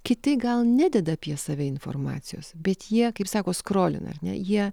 kiti gal nededa apie save informacijos bet jie kaip sako skrolina ar ne jie